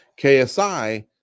KSI